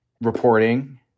Reporting